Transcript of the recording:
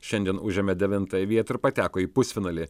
šiandien užėmė devintąją vietą ir pateko į pusfinalį